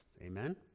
Amen